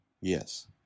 Yes